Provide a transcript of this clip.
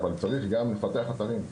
אבל צריך גם לפתח אתרים,